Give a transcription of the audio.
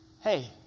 Hey